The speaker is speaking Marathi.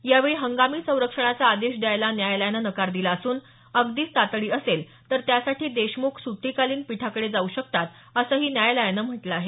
यावेळी हंगामी संरक्षणाचा आदेश द्यायला न्यायालयानं नकार दिला असून अगदीच तातडी असेल तर त्यासाठी देशमुख सुट्टीकालीन पीठाकडे जाऊ शकतात असंही न्यायालयानं म्हटलं आहे